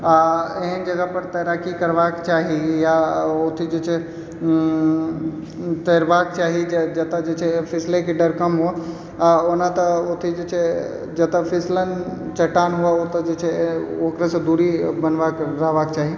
आ एहन जगहपर तैराकी करबाक चाही या अथी जे छै तैरबाक चाही जतय जे छै फिसलैके डर कम हो आ ओना तऽ अथी जे छै जतय फिसलन चट्टान हुए ओतय जे छै ओकरासँ दूरी बनबाके रहबाक चाही